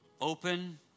Open